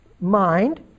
Mind